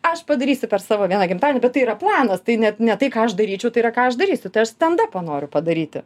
aš padarysiu per savo vieną gimtadienį bet tai yra planas tai net ne tai ką aš daryčiau tai yra ką aš darysiu tai aš stendapą noriu padaryti